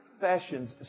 Fashions